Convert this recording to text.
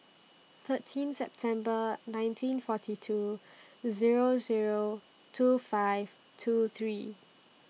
thirteen September nineteen forty two Zero Zero two five two three